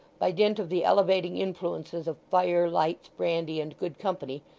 by dint of the elevating influences of fire, lights, brandy, and good company,